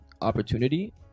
opportunity